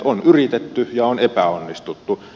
on yritetty ja on epäonnistuttu